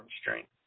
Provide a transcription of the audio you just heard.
strength